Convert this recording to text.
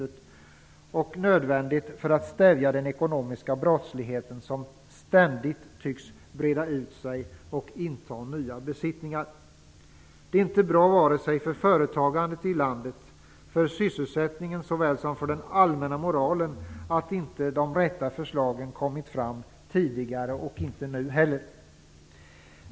Detta är också nödvändigt för att man skall kunna stävja den ekonomiska brottslighet som ständigt tycks breda ut sig och inta nya besittningar. Det är inte bra för företagandet i landet, för sysselsättningen och för den allmänna moralen att de rätta förslagen inte har kommit fram tidigare - och inte heller nu.